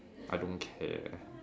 I don't care